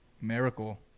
miracle